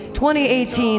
2018